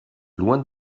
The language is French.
loin